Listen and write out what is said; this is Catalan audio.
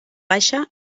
baixa